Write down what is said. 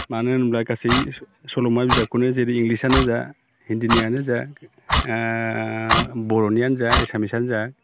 मानो होनोब्ला गासै सल'मा बिजाबखौनो जेरै इंलिसानो जा हिन्दीनियानो जा बर'नियानो जा एसामिसानो जा